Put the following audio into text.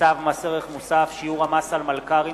צו מס ערך מוסף (שיעור המס על מלכ"רים